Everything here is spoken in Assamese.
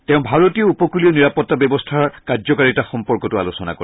তেওঁ ভাৰতীয় উপকুলীয় নিৰাপত্তা ব্যৱস্থাৰ কাৰ্য্যকাৰিতা সম্পৰ্কতো আলোচনা কৰে